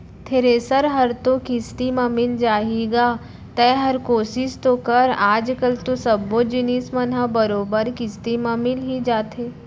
thresher हर तो किस्ती म मिल जाही गा तैंहर कोसिस तो कर आज कल तो सब्बो जिनिस मन ह बरोबर किस्ती म मिल ही जाथे